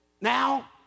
Now